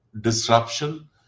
disruption